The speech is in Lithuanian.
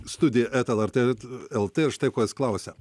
studija eta lrt lt ir štai ko jis klausia